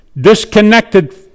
disconnected